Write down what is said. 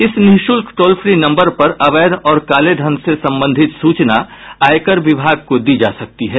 इस निःशुल्क toll free number पर अवैध और कालेधन से संबंधित सूचना आयकर विभाग को दी जा सकती है